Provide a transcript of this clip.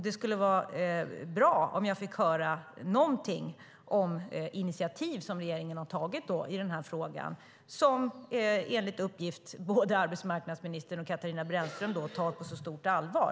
Det skulle vara bra att få höra något om initiativ som regeringen har tagit i den här frågan, som enligt uppgift både arbetsmarknadsministern och Katarina Brännström tar på så stort allvar.